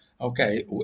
Okay